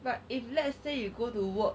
but if let's say you go to work